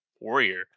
warrior